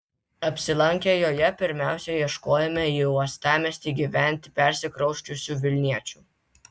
apsilankę joje pirmiausia ieškojome į uostamiestį gyventi persikrausčiusių vilniečių